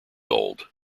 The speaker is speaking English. old